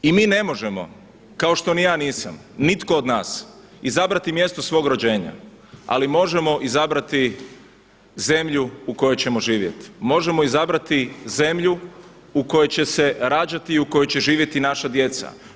I mi ne možemo kao što ni ja nisam, nitko od nas izabrati mjesto svog rođenja ali možemo izabrati zemlju u kojoj ćemo živjeti, možemo izabrati zemlju u kojoj će se rađati i u kojoj će živjeti naša djeca.